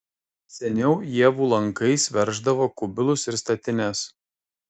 seniau ievų lankais verždavo kubilus ir statines